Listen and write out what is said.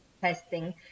testing